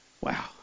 Wow